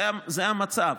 זה המצב.